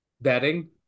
betting